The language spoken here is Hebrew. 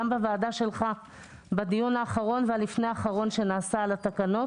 גם בוועדה שלך בדיון האחרון ולפני האחרון שהתקיים על התקנות,